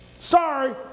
Sorry